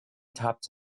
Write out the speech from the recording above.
topped